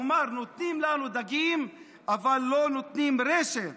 כלומר נותנים לנו דגים אבל לא נותנים רשת